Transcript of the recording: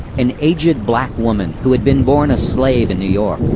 an aged black woman, who had been born a slave in new york,